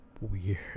weird